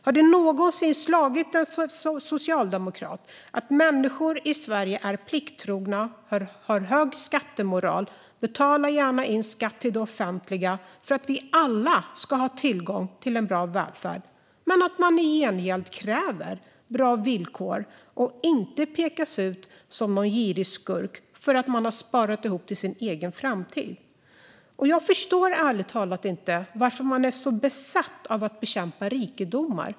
Har det någonsin slagit en socialdemokrat att människor i Sverige är plikttrogna, har hög skattemoral, gärna betalar in skatt till det offentliga, för att vi alla ska ha tillgång till en bra välfärd, men i gengäld kräver bra villkor och att inte pekas ut som en girig skurk för att man har sparat ihop till sin egen framtid? Jag förstår ärligt talat inte varför man är så besatt av att bekämpa rikedomar.